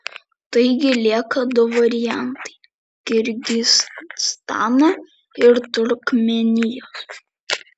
taigi lieka du variantai kirgizstano ir turkmėnijos